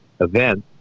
events